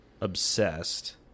obsessed